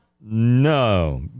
no